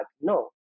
No